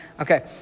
Okay